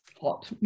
hot